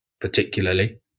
particularly